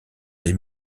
des